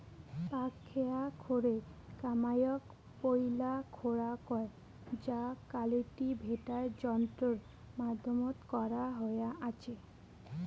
পাকখেয়া খোরে কামাইয়ক পৈলা খোরা কয় যা কাল্টিভেটার যন্ত্রর মাধ্যমত করা হয়া আচে